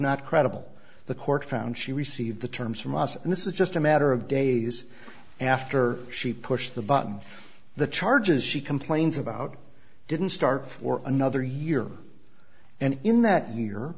not credible the court found she received the terms from us and this is just a matter of days after she pushed the button the charges she complains about didn't start for another year and in that